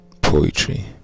Poetry